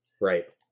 Right